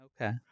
Okay